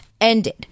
ended